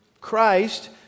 Christ